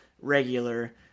regular